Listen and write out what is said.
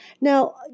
Now